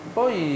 poi